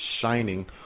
shining